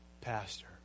pastor